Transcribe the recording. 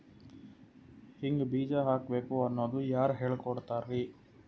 ಹಿಂಗ್ ಬೀಜ ಹಾಕ್ಬೇಕು ಅನ್ನೋದು ಯಾರ್ ಹೇಳ್ಕೊಡ್ತಾರಿ?